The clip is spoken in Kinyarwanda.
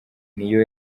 niyo